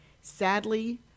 Sadly